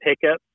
pickup